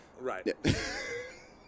Right